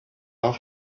not